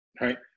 right